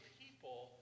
people